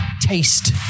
taste